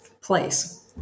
place